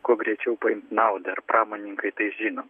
kuo greičiau paimt naudą ir pramonininkai tai žino